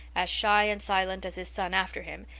as shy and silent as his son after him,